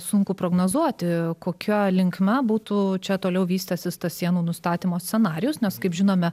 sunku prognozuoti kokia linkme būtų čia toliau vystęsis tas sienų nustatymo scenarijus nes kaip žinome